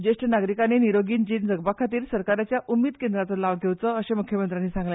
ज्येश्ठ नागरिकांनी निरोगी जीण जगपाखातीर सरकारच्या उम्मीद केंद्रांचो लाव घेवचो अशें मुख्यमंत्र्यानी सांगले